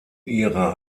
ihrer